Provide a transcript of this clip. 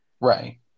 right